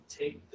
take